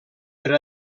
per